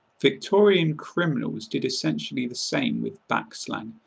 victorian criminals did essentially the same with back slang,